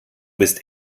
bist